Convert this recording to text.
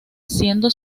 siendo